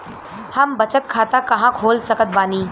हम बचत खाता कहां खोल सकत बानी?